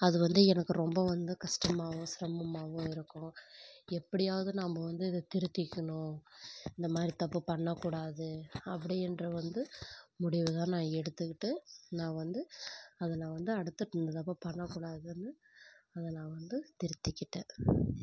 அது வந்து எனக்கு ரொம்ப வந்து கஷ்டமாவும் சிரமமாகவும் இருக்கும் எப்படியாவது நாம் வந்து இதை திருத்திக்கணும் இந்த மாதிரி தப்பு பண்ண கூடாது அப்படின்ற வந்து முடிவு தான் நான் எடுத்துகிட்டு நான் வந்து அதை நான் வந்து அடுத்து அந்த தப்பாக பண்ணக்கூடாதுன்னு அதை நான் வந்து திருத்திக்கிட்டேன்